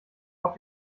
auf